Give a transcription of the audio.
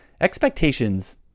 Expectations